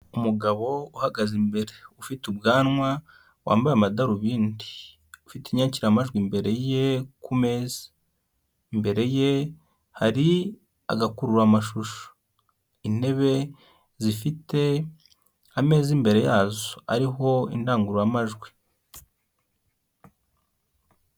Umugabo uhagaze imbere, ufite ubwanwa, wambaye amadarubindi, ufite inyakiramajwi imbere ye ku meza. Imbere ye hari agakururamashusho. Intebe zifite ameza imbere yazo ariho indangururamajwi.